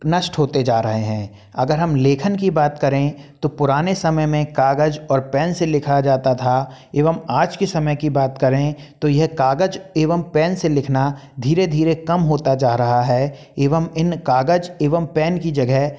नष्ट होते जा रहे हैं अगर हम लेखन की बात करें तो पुराने समय में कागज और पेन से लिखा जाता था एवं आज के समय की बात करें तो यह कागज एवं पेन से लिखना धीरे धीरे कम होता जा रहा हैं एवं इन कागज एवं पेन की जगह